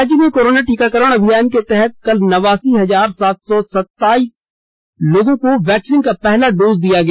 राज्य में कोरोना टीकाकरण अभियान के तहत कल नवासी हजार सात सौ सतासी लोगों को वैक्सीन का पहला डोज दिया गया